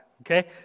Okay